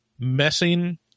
messing